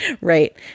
Right